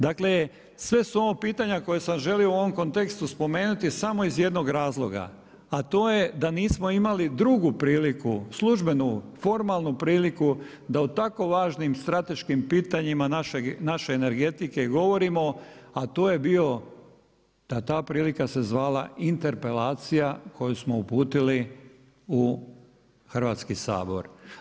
Dakle, sve su ovo pitanja koja sam želio u ovom kontekstu spomenuti samo iz jednog razloga, a to je da nismo imali drugu priliku, službenu, formalnu priliku da o tako važnim strateškim pitanjima naše energetike govorimo, a to je bio da ta prilika se zvala interpelacija koju smo uputili u Hrvatski sabor.